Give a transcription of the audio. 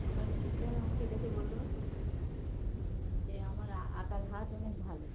আমার টিচার আমাকে দেখে বলল যে আমার আঁকার হাত অনেক ভালো